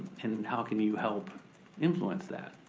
and how can you help influence that.